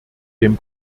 dem